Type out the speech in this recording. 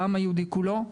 לעם היהודי כולו.